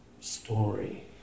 story